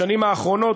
בשנים האחרונות,